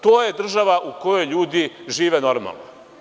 To je država u kojoj ljudi žive normalno.